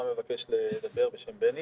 ששמו בני